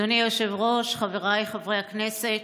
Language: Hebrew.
אדוני היושב-ראש, חבריי חברי הכנסת,